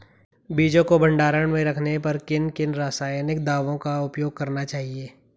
बीजों को भंडारण में रखने पर किन किन रासायनिक दावों का उपयोग करना चाहिए?